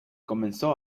comenzó